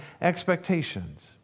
expectations